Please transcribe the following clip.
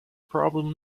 problem